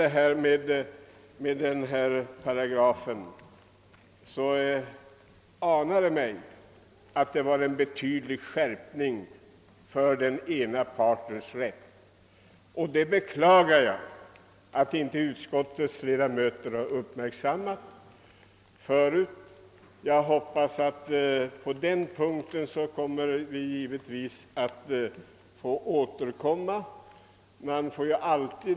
Det ante mig, att denna paragraf in nebar en betydande förstärkning av den ena partens rätt. Jag beklagar att utskottets ledamöter inte tidigare uppmärksammat det. Till denna punkt får vi givetvis återkomma.